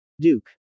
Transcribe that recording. Duke